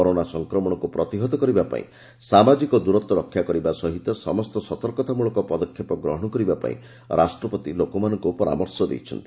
corona ସଂକ୍ରମଣକୁ ପ୍ରତିହତ କରିବାପାଇଁ ସାମାଜିକ ଦୂରତ୍ୱ ରକ୍ଷା କରିବା ସହିତ ସମସ୍ତ ସତର୍କତାମଳକ ପଦକ୍ଷେପ ଗ୍ରହଣ କରିବାପାଇଁ ରାଷ୍ଟ୍ରପତି ଲୋକମାନଙ୍କୁ ପରାମର୍ଶ ଦେଇଛନ୍ତି